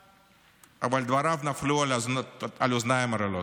אבל דבריו נפלו על אוזניים ערלות.